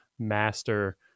master